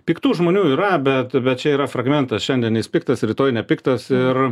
piktų žmonių yra bet bet čia yra fragmentas šiandien jis piktas rytoj nepiktas ir